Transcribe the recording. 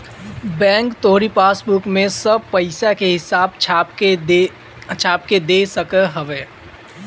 bank तोहरी passbook में सब पईसा के हिसाब छाप के दे सकत हवे